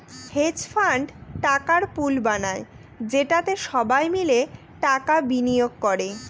hedge fund টাকার pool বানায় যেটাতে সবাই মিলে টাকা বিনিয়োগ করে